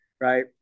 right